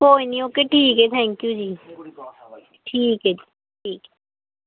ਕੋਈ ਨਹੀਂ ਓਕੇ ਠੀਕ ਹੈ ਥੈਂਕ ਯੂ ਜੀ ਠੀਕ ਹੈ ਠੀਕ ਹੈ